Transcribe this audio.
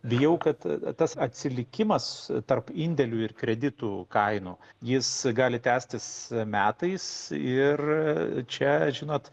bijau kad tas atsilikimas tarp indėlių ir kreditų kainų jis gali tęstis metais ir čia žinot